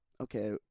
okay